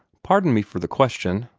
pardon me for the question,